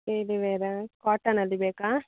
daily wear ಕಾಟನಲ್ಲಿ ಬೇಕಾ